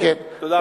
תודה רבה.